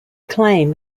claim